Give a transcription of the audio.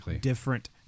different